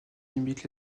limite